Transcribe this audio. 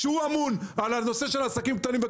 הוא אמון על הנושא של עסקים קטנים,